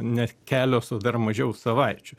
ne kelios o dar mažiau savaičių